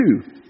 two